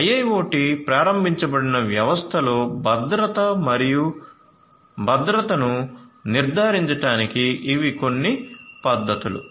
IIoT ప్రారంభించబడిన వ్యవస్థలో భద్రత మరియు భద్రతను నిర్ధారించడానికి ఇవి కొన్ని పద్ధతులు